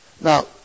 Now